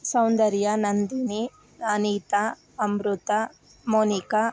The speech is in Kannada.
ಸೌಂದರ್ಯ ನಂದಿನಿ ಅನಿತಾ ಅಮೃತ ಮೋನಿಕ